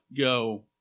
go